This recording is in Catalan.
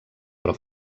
però